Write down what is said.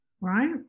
Right